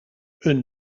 een